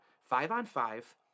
Five-on-five